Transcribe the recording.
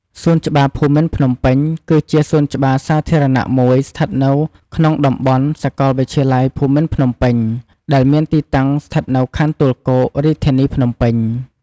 សួនច្បារភូមិន្ទភ្នំពេញ គឺជាសួនច្បារសាធារណៈមួយស្ថិតនៅក្នុងតំបន់សាកលវិទ្យាល័យភូមិន្ទភ្នំពេញ ដែលមានទីតាំងស្ថិតនៅខណ្ឌទួលគោក រាជធានីភ្នំពេញ។